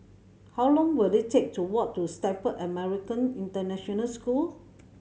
how long will it take to walk to Stamford American International School